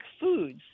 foods